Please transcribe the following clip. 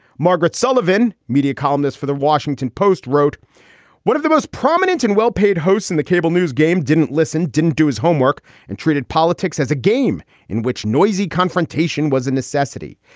margaret sullivan, media columnist for the washington post, wrote one of the most prominent and well-paid hosts in the cable news game, didn't listen, didn't do his homework and treated politics as a game in which noisy confrontation was a necessity.